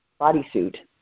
bodysuit